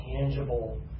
tangible